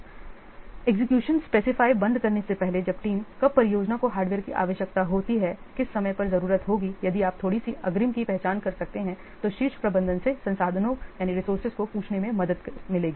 इसलिए execution specifies बंद करने से पहले जब टीम कब परियोजना को हार्डवेयर की आवश्यकता होती है किस समय पर जरूरत होगी यदि आप थोड़ी सी अग्रिम की पहचान कर सकते हैं जो शीर्ष प्रबंधन से संसाधनों को पूछने में मदद करेगा